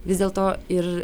vis dėlto ir